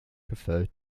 preferred